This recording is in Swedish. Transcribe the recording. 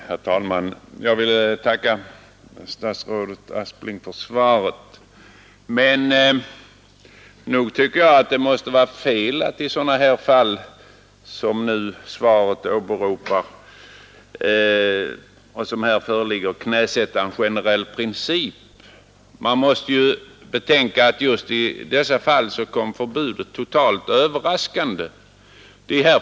Herr talman! Jag vill tacka statsrådet Aspling för svaret. Men nog tycker jag att det måste vara fel att i sådana fall som här föreligger knäsätta en generell princip. Man måste ju betänka att i dessa fall kom förbudet totalt överraskande.